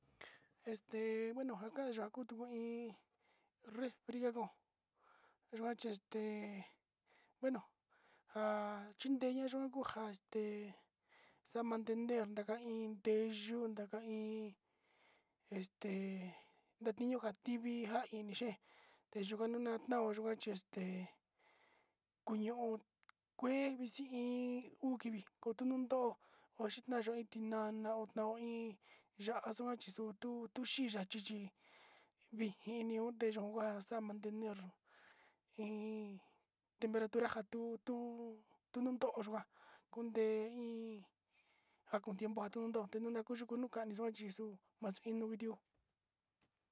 Este bueno njakanyu na'a kutu njuan iin refrijerador nanjuan chi este bueno nja chí kindeñayo nja este xa'a mantener ndaka iin ndeyuu ndaka iin este nde niño njativi nja ini xhen teyuu kuan ndanao yunjuan chi este kuañao kue vichi iin nriví ndo ho yiña'a yó iin tinana ho tao iin ya'á xonja chiyutu uxi yachí ini xukuantunjan xa'a mantener iin temperatura nja tutu tunun to'o yikuan konde iin nja kuu tiempo njakunto njaku tiempo yuku nuu xanixó ho chixo nuu kutió.